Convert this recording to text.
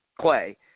Clay